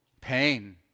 Pain